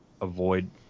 avoid